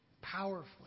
powerfully